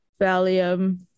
Valium